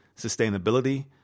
sustainability